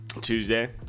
tuesday